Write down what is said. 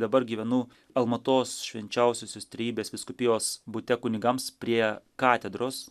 dabar gyvenu almatos švenčiausiosios trejybės vyskupijos bute kunigams prie katedros